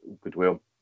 goodwill